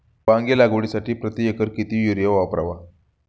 वांगी लागवडीसाठी प्रति एकर किती युरिया वापरावा?